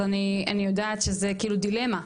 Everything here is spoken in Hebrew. אז אני יודעת שזו כאילו דילמה.